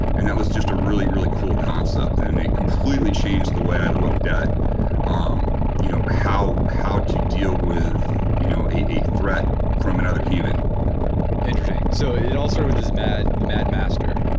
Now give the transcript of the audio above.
and that was just a really, really cool concept and and it completely changed the way i looked at um you know how, how to deal with you know a threat from another human interesting, so it all started with this mad, the mad master,